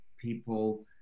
people